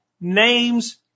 names